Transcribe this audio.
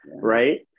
right